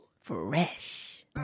Fresh